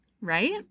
Right